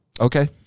Okay